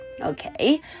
Okay